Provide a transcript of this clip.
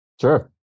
Sure